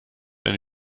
ein